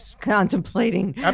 contemplating